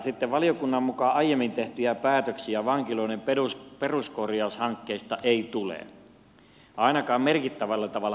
sitten valiokunnan mukaan aiemmin tehtyjä päätöksiä vankiloiden peruskorjaushankkeista ei tule ainakaan merkittävällä tavalla muuttaa